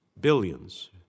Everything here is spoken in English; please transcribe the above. billions